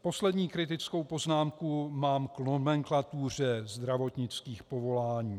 Poslední kritickou poznámku mám k nomenklatuře zdravotnických povolání.